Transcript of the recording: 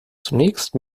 zunächst